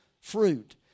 fruit